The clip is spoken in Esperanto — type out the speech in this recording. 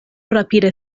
rapide